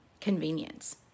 convenience